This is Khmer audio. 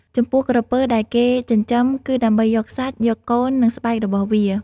ចំពោះក្រពើដែលគេចិញ្ចឹម គឺដើម្បីយកសាច់ យកកូន និងស្បែករបស់វា។